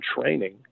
training